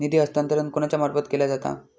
निधी हस्तांतरण कोणाच्या मार्फत केला जाता?